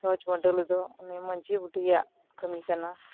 ᱪᱷᱚᱸᱪ ᱢᱟᱹᱰᱟᱹᱞᱤ ᱫᱚ ᱩᱱᱤ ᱢᱟᱡᱷᱤ ᱵᱩᱰᱷᱤᱭᱟᱜ ᱠᱟᱢᱤ ᱠᱟᱱᱟ